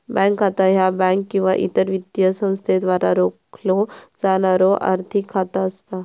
bank खाता ह्या bank किंवा इतर वित्तीय संस्थेद्वारा राखलो जाणारो आर्थिक खाता असता